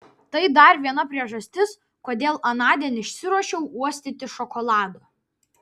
tai dar viena priežastis kodėl anądien išsiruošiau uostyti šokolado